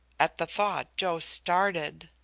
at the thought joe started.